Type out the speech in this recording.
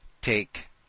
take